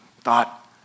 Thought